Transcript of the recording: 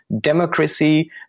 democracy